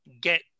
get